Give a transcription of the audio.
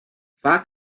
vaak